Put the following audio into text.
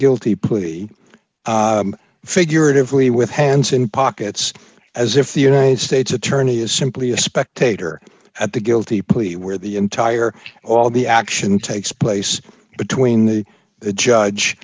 guilty plea figuratively with hands in pockets as if the united states attorney is simply a spectator at the guilty plea where the entire all the action takes place between the judge